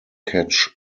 catch